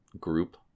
group